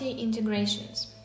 Integrations